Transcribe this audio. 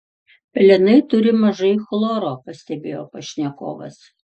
pelenai turi mažai chloro pastebėjo pašnekovas